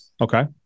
Okay